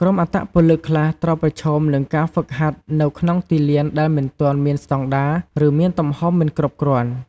ក្រុមអត្តពលិកខ្លះត្រូវប្រឈមនឹងការហ្វឹកហាត់នៅក្នុងទីលានដែលមិនទាន់មានស្តង់ដារ ឬមានទំហំមិនគ្រប់គ្រាន់។